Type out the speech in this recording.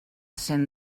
cent